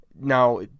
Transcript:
Now